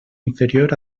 inferior